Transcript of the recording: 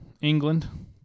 England